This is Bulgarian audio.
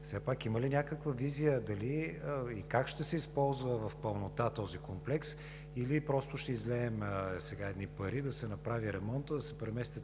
все пак има ли някаква визия дали и как ще се използва в пълнота този комплекс? Или просто ще излеем сега едни пари, да се направи ремонтът, да се преместят